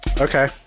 Okay